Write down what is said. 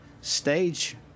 stage